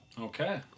Okay